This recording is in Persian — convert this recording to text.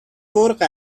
مرغ